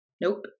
nope